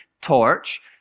torch